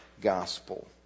gospel